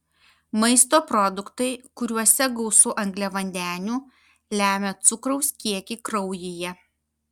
maisto produktai kuriuose gausu angliavandenių lemia cukraus kiekį kraujyje